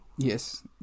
Yes